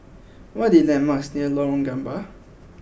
what are the landmarks near Lorong Gambir